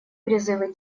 призывы